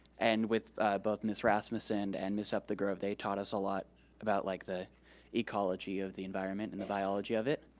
and with both ms. rasmussen and and ms. upthegrove, they taught us a lot about like the ecology of the environment and the biology of it.